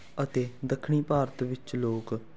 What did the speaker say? ਅਤੇ ਦੱਖਣੀ ਭਾਰਤ ਵਿੱਚ ਲੋਕ